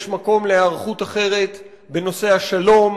יש מקום להיערכות אחרת בנושא השלום,